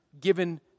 given